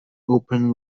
open